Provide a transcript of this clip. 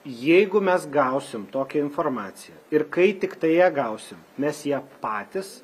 jeigu mes gausim tokią informaciją ir kai tiktai ją gausim mes ją patys